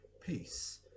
Peace